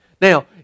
Now